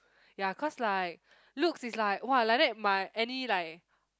ya cause like looks is like !wah! like that my any like